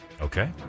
Okay